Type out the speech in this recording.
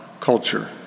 culture